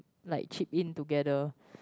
like chip in together